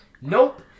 nope